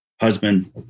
husband